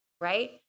right